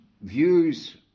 views